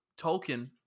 Tolkien